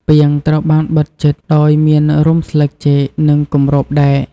ពាងត្រូវបានបិទជិត ដោយមានរុំស្លឹកចេក និងគម្របដែក។